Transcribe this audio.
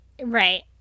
Right